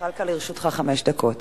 לרשותך חמש דקות.